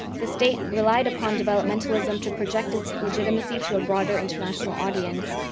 the state relied upon developmentalism to project its legitimacy to a broader international audience,